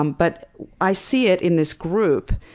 um but i see it in this group,